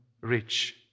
rich